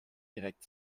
direkt